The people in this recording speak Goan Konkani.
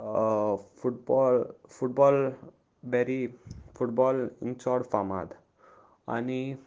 फुटबॉल फुटबॉल बॅरी फुटबॉल इंग चड फामाद आनी